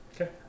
Okay